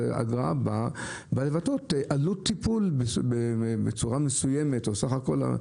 אגרה באה לבטא עלות טיפול בצורה מסוימת וכולי.